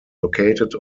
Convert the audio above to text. located